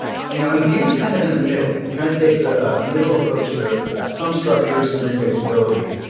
you know and vue is kind of in the middle. it kind of takes a ah middle approach to those where it's got some structure, some replaceability.